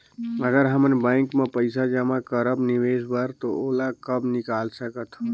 अगर हमन बैंक म पइसा जमा करब निवेश बर तो ओला कब निकाल सकत हो?